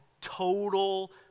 total